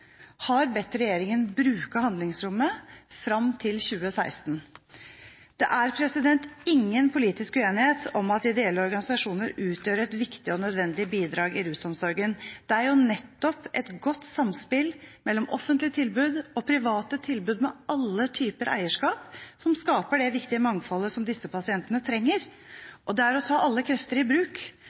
har bedt regjeringen bruke handlingsrommet fram til 2016. Det er ingen politisk uenighet om at ideelle organisasjoner utgjør et viktig og nødvendig bidrag i rusomsorgen. Det er jo nettopp et godt samspill mellom offentlige tilbud og private tilbud med alle typer eierskap som skaper det viktige mangfoldet som disse pasientene trenger, og det er å ta alle krefter i bruk